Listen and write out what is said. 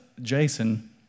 Jason